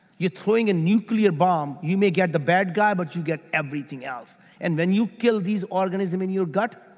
you're throwing a nuclear bomb. you may get the bad guy, but you get everything else and when you kill these organisms in your gut,